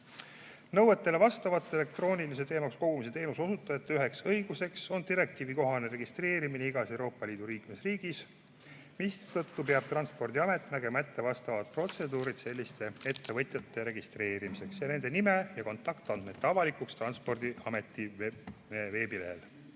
vastava elektroonilise teemaksu kogumise teenuse osutajate üheks õiguseks on direktiivikohane registreerimine igas Euroopa Liidu liikmesriigis, mistõttu peab Transpordiamet nägema ette vastavad protseduurid selliste ettevõtjate registreerimiseks ning tegema nende nime ja kontaktandmed avalikuks Transpordiameti veebilehel.